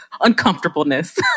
uncomfortableness